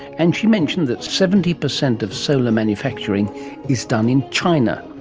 and she mentioned that seventy percent of solar manufacturing is done in china.